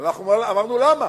ואנחנו אמרנו: למה?